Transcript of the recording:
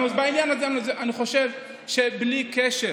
בעניין הזה, אני חושב, שבלי קשר